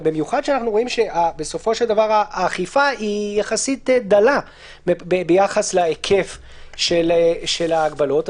במיוחד שאנחנו רואים שהאכיפה דלה יחסית ביחס להיקף של ההגבלות.